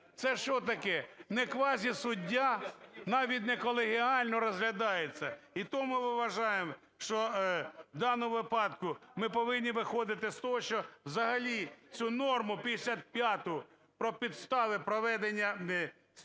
Це що таке? Не квазісуддя? Навіть не колегіально розглядається. І тому ми вважаємо, що в даному випадку ми повинні виходити з того, що взагалі цю норму 55 про підстави проведення перевірки